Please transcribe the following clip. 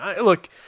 look